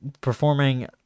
performing